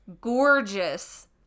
gorgeous